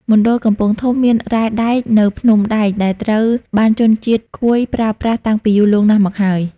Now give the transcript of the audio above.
មណ្ឌលកំពង់ធំមាន រ៉ែដែក នៅភ្នំដែក ដែលត្រូវបានជនជាតិកួយប្រើប្រាស់តាំងពីយូរលង់ណាស់មកហើយ។